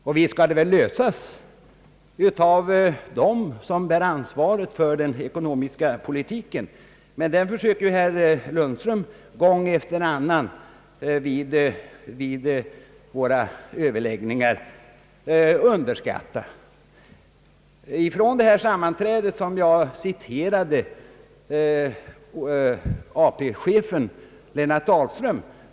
Och visst skall väl den angelägenheten skötas av dem som bär ansvaret för den ekonomiska politiken, men det är något som herr Lundström vid våra överläggningar gång efter annan försöker underskatta. Jag citerade förut ett uttalande av AP-chefen Lennart Dahlström.